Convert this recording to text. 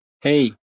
Hey